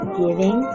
giving